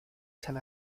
san